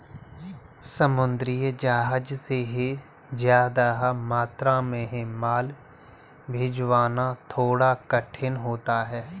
समुद्री जहाज से ज्यादा मात्रा में माल भिजवाना थोड़ा कठिन होता है